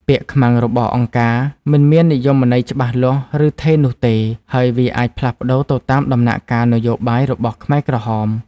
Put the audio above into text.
ពាក្យ ខ្មាំងរបស់អង្គការ មិនមាននិយមន័យច្បាស់លាស់ ឬថេរនោះទេ ហើយវាអាចផ្លាស់ប្តូរទៅតាមដំណាក់កាលនយោបាយរបស់ខ្មែរក្រហម។